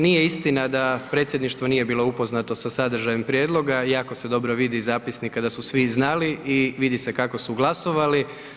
Nije istina da predsjedništvo nije bilo upoznato sa sadržajem prijedloga, jako se dobro vidi iz zapisnika da su svi znali i vidi se kako su glasovali.